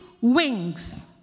wings